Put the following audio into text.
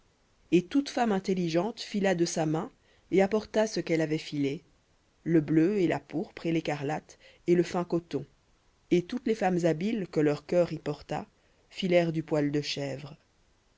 et toute femme intelligente fila de sa main et apporta ce qu'elle avait filé le bleu et la pourpre et l'écarlate et le fin coton et toutes les femmes habiles que leur cœur y porta filèrent du poil de chèvre